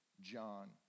John